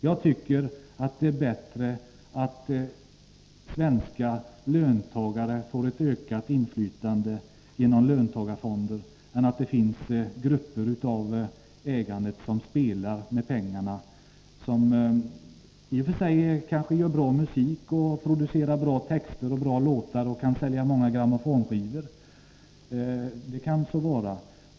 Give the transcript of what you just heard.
Jag tycker att det är bättre att svenska löntagare får ett ökat inflytande genom löntagarfonder än att det finns grupper av ägare som spelar med pengarna. De kanske i och för sig gör bra musik, producerar bra texter och bra låtar och kan sälja många grammofonskivor. Det kan så vara.